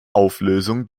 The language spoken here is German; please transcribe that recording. auflösung